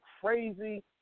crazy